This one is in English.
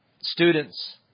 Students